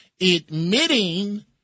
admitting